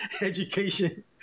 education